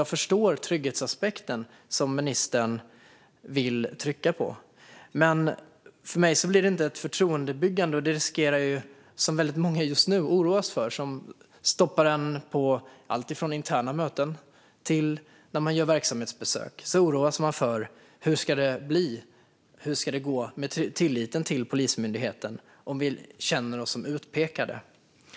Jag förstår trygghetsaspekten som ministern vill trycka på, men för mig blir det inte ett förtroendebyggande. Det riskerar ju, som väldigt många just nu oroas över, att man blir stoppad från alltifrån interna möten till verksamhetsbesök. Man oroas över hur det ska bli, hur det ska gå med tilliten till Polismyndigheten om vi känner oss utpekade.